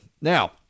Now